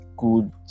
Good